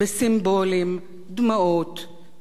דמעות ונרות,